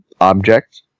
object